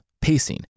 pacing